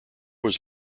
was